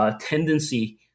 tendency